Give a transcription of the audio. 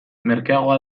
merkeagoa